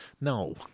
No